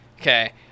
okay